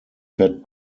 fed